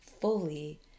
fully